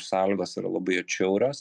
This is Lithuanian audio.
sąlygos yra labai atšiaurios